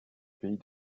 pays